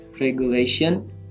regulation